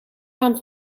gaan